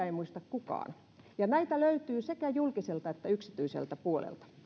ei muista kukaan näitä löytyy sekä julkiselta että yksityiseltä puolelta